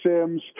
Sims